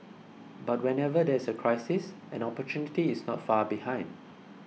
but whenever there is a crisis an opportunity is not far behind